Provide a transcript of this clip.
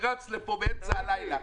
שרץ לפה באמצע הלילה?